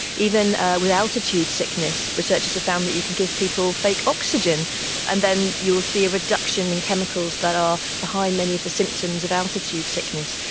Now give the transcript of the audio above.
even with altitude sickness, researchers have found that you can give people fake oxygen and then you will see a reduction in chemicals that are behind many of the symptoms of altitude sickness.